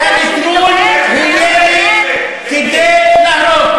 והנטרול הוא ירי כדי להרוג.